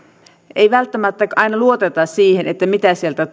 ei välttämättä aina luoteta siihen mitä sieltä